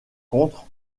contre